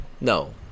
No